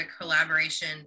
collaboration